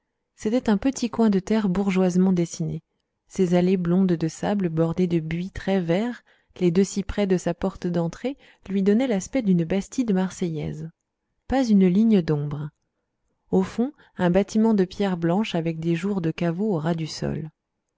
c'était un petit coin de terre bourgeoisement dessiné ses allées blondes de sable bordées de buis très vert les deux cyprès de sa porte d'entrée lui donnaient l'aspect d'une bastide marseillaise pas une ligne d'ombre au fond un bâtiment de pierre blanche avec des jours de caveau au ras du sol